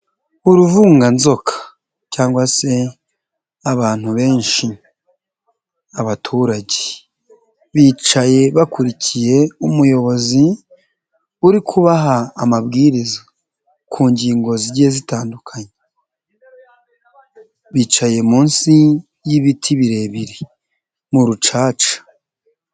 Uruvunganzoka cyangwa se abantu benshi, abaturage, bicaye bakurikiye umuyobozi uri kubaha amabwiriza ku ngingo zigiye zitandukanye, bicaye munsi y'ibiti birebire mu rucaca.